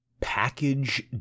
Package